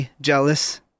jealous